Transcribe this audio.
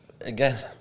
Again